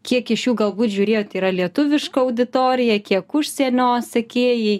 kiek iš jų galbūt žiūrėjot yra lietuviška auditorija kiek užsienio sekėjai